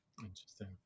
Interesting